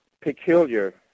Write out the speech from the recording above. peculiar